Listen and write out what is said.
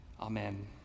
Amen